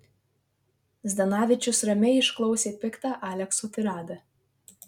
zdanavičius ramiai išklausė piktą alekso tiradą